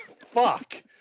Fuck